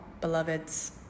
beloveds